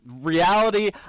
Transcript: reality